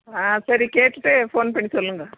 ஆ சரி கேட்டுட்டு ஃபோன் பண்ணி சொல்லுங்கள்